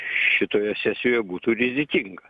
šitoje sesijoje būtų rizikinga